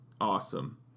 awesome